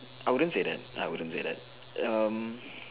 I wouldn't say that I wouldn't say that um